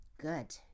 Good